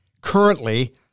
currently